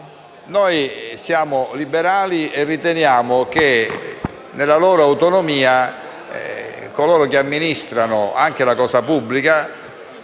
Noi siamo liberali e riteniamo che, nella loro autonomia, coloro che amministrano la cosa pubblica,